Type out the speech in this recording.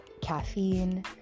caffeine